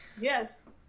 Yes